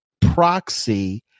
proxy